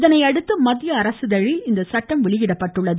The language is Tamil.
இதனை அடுத்து மத்திய அரசிதழில் இந்த சட்டம் வெளியிடப்பட்டுள்ளது